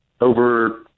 over